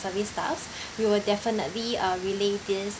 service staffs we will definitely uh relay this